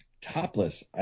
Topless